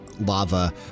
lava